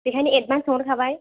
बेखायनो एदबान्स सोंहरखाबाय